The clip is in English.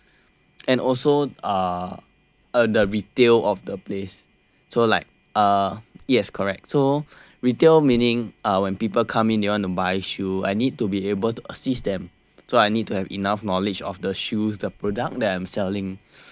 and also uh the retail of the place so like uh yes correct so retail meaning when people come in they want to buy shoe I need to be able to assist them so I need to have enough knowledge of the shoes the product that I am selling